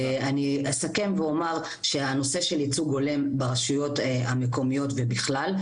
אני אסכם ואומר שהנושא של ייצוג הולם ברשויות המקומיות ובכלל,